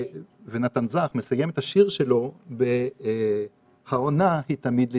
נתן זך מסיים את השיר שלו ב'העונה היא תמיד לצמיחה',